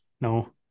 no